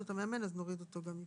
אז נוריד אותו גם כאן.